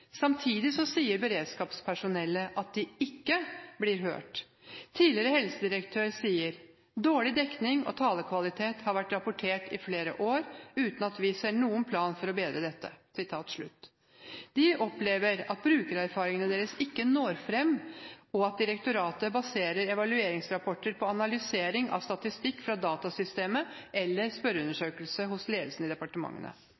Samtidig sier beredskapspersonellet at de ikke blir hørt. Tidligere helsedirektør sier at dårlig dekning og talekvalitet har vært rapportert i flere år, uten at man har sett noen plan for å forbedre dette. De opplever at brukererfaringene deres ikke når fram, og at direktoratet baserer evalueringsrapporter på analysering av statistikk fra datasystemet eller